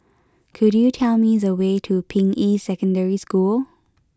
could you tell me the way to Ping Yi Secondary School